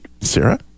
Sarah